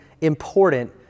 important